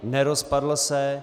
Nerozpadl se.